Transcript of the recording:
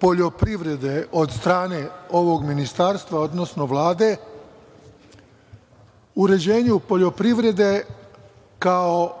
poljoprivrede od strane ovog Ministarstva, odnosno Vlade, uređenju poljoprivrede kao